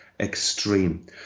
Extreme